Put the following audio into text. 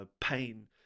pain